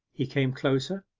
he came closer,